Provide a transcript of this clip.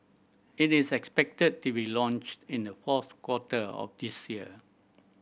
it is expected to be launched in the fourth quarter of this year